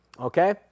okay